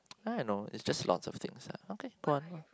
I don't know it's just lots of things lah okay go on